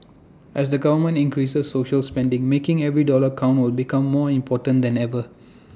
as the government increases social spending making every dollar count will become more important than ever